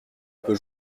peu